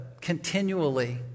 continually